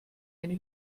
eine